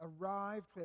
arrived